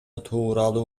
тууралуу